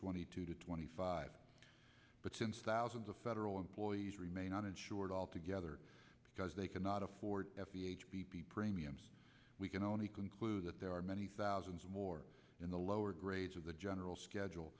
twenty two to twenty five but since thousands of federal employees remain uninsured altogether because they cannot afford f e h p p premiums we can only conclude that there are many thousands more in the lower grades of the general schedule